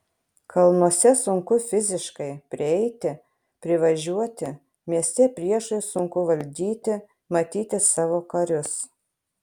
kalnuose sunku fiziškai prieiti privažiuoti mieste priešui sunku valdyti matyti savo karius